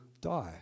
die